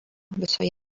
visoje